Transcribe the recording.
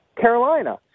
Carolina